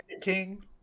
king